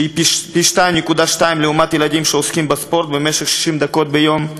שזה פי-2.2 לעומת ילדים שעוסקים בספורט במשך 60 דקות ביום.